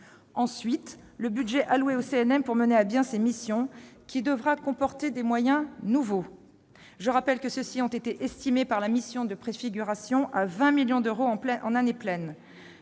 ensuite, le budget alloué au CNM pour mener à bien ses missions, qui devra comporter des moyens nouveaux. Je rappelle que ceux-ci ont été estimés par la mission de préfiguration à 20 millions d'euros en année pleine.